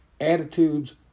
attitudes